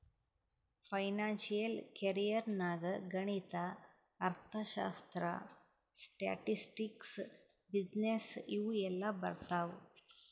financial career ನಾಗ್ ಗಣಿತ, ಅರ್ಥಶಾಸ್ತ್ರ, ಸ್ಟ್ಯಾಟಿಸ್ಟಿಕ್ಸ್, ಬಿಸಿನ್ನೆಸ್ ಇವು ಎಲ್ಲಾ ಬರ್ತಾವ್